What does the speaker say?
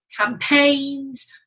campaigns